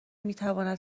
میتواند